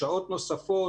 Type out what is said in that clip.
שעות נוספות,